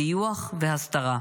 טיוח והסתרה.